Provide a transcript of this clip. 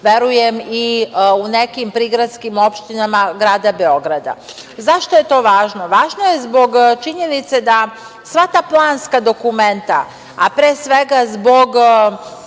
verujem i u nekim prigradskim opštinama, grada Beograda.Zašto je to važno? Važno je zbog činjenice da sva ta planska dokumenta, a pre svega zbog